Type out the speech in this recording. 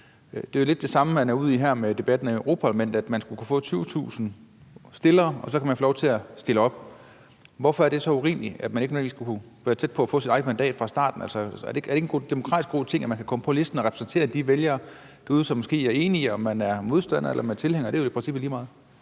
Det er jo lidt det samme, man er ude i her med debatten om Europa-Parlamentet, altså at hvis man kan få 20.000 stillere, kan man få lov til at stille op. Hvorfor er det urimeligt, at man for at stille op ikke nødvendigvis skal være tæt på at få sit eget mandat fra starten? Er det demokratisk set ikke en god ting, at man kan komme på listen og repræsentere de vælgere derude, som måske er enige? Om man er modstander eller man er tilhænger, er jo i princippet lige meget.